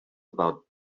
about